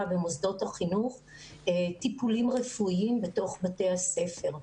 במוסדות החינוך טיפולים רפואיים בתוך בתי הספר.